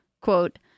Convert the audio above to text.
quote